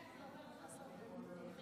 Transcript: תתרגל, מחיה נפש.